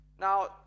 Now